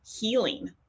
healing